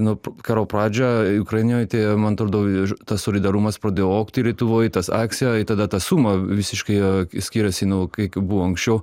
nu karo pradžia ukrainioj tai man atrodo tas solidarumas pradėjo augti lietuvoj tas akcija i tada ta suma visiškai skiriasi nuo kai buvo anksčiau